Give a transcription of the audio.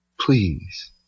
Please